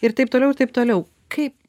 ir taip toliau ir taip toliau kaip